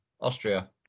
Austria